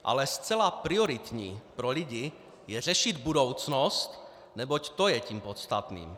Ale zcela prioritní pro lidi je řešit budoucnost, neboť to je tím podstatným.